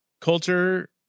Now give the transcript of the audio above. culture